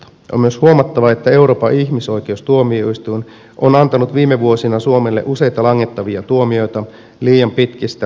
on myös huomattava että euroopan ihmisoikeustuomioistuin on antanut viime vuosina suomelle useita langettavia tuomioita liian pitkistä oikeuskäsittelyajoista